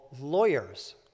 lawyers